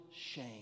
shame